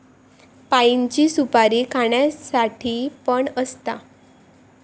पाइनची सुपारी खाण्यासाठी पण असता